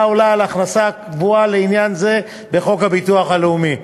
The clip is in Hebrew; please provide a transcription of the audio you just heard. עולה על ההכנסה הקבועה לעניין זה בחוק הביטוח הלאומי.